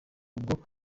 umuswa